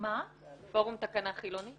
-- פורום תקנה חילוני?